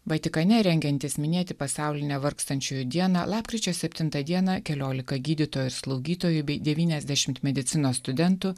vatikane rengiantis minėti pasaulinę vargstančiųjų dieną lapkričio septintą dieną keliolika gydytojų ir slaugytojų bei devyniasdešimt medicinos studentų